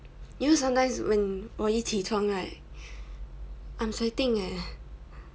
you know sometimes when 我一起床 right I'm sweating eh